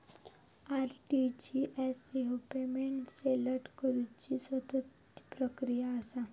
RTGS ह्या payment settle करुची सततची प्रक्रिया असा